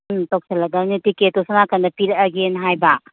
ꯎꯝ ꯇꯧꯁꯜꯂꯗꯧꯅꯦ ꯇꯤꯛꯀꯦꯠꯇꯣ ꯁꯣꯝ ꯅꯥꯀꯟꯗ ꯄꯤꯔꯛꯑꯒꯦꯅ ꯍꯥꯏꯕ